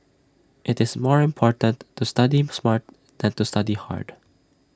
IT is more important to study smart than to study hard